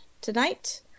tonight